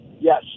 yes